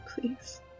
Please